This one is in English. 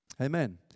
Amen